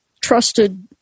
trusted